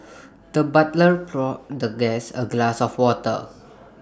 the butler poured the guest A glass of water